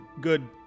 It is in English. good